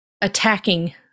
attacking